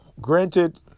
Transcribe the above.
granted